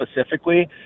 specifically